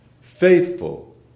faithful